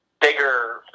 bigger